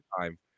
time